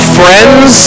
friends